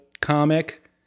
comic